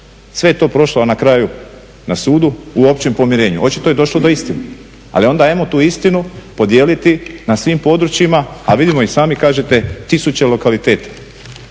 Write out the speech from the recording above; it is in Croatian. Sve je to prošlo na kraju na sudu u općem pomirenju. Očito je došlo do istine. Ali onda ajmo tu istinu podijeliti na svim područjima a vidimo i sami kažete tisuće lokaliteta